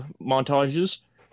montages